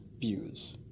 views